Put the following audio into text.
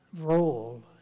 role